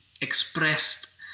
expressed